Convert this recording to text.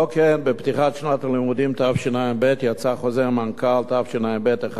בפתיחת שנת הלימודים תשע"ב יצא חוזר מנכ"ל תשע"ב 1(ב),